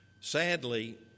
Sadly